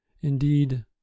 indeed